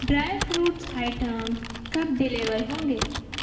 dry fruits item کب deliver ہوں گے